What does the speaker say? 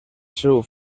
seus